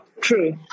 true